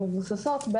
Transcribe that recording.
המבוססות,